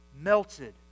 melted